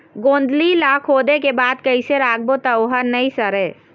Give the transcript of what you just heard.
गोंदली ला खोदे के बाद कइसे राखबो त ओहर नई सरे?